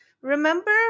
Remember